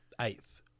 eighth